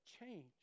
change